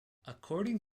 according